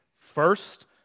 First